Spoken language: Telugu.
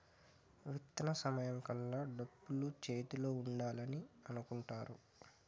విత్తన సమయం కల్లా డబ్బులు చేతిలో ఉండాలని అనుకుంటారు